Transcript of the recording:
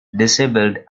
dishevelled